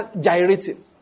gyrating